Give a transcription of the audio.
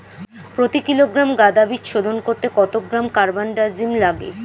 প্রতি কিলোগ্রাম গাঁদা বীজ শোধন করতে কত গ্রাম কারবানডাজিম লাগে?